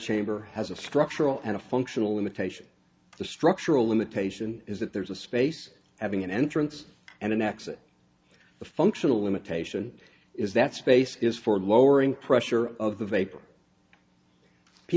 chamber has a structural and a functional limitation the structural limitation is that there's a space having an entrance and an exit the functional limitation is that space is for lowering pressure of